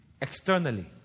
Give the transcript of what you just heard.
externally